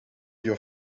your